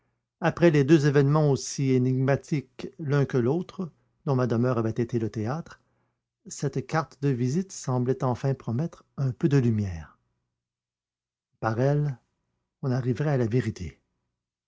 après les deux événements aussi énigmatiques l'un que l'autre dont ma demeure avait été le théâtre cette carte de visite semblait enfin promettre un peu de lumière par elle on arriverait à la vérité